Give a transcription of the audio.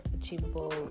achievable